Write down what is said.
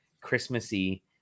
Christmassy